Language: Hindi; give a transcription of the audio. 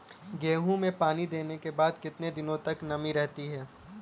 गेहूँ में पानी देने के बाद कितने दिनो तक नमी रहती है?